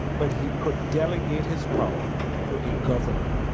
but he could delegate his power to a governor,